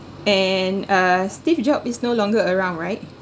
and uh steve job is no longer around right